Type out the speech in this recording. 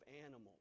animals